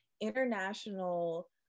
international